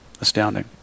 astounding